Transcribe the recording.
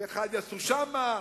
ואחד יעשו שם.